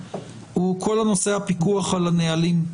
הוא כל נושא הפיקוח על הנהלים.